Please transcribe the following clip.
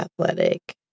athletic